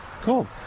Cool